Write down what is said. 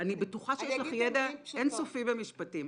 אני בטוחה שיש לך ידע אין-סופי במשפטים.